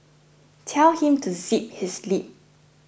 tell him to zip his lip